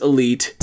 Elite